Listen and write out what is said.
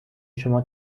شما